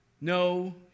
No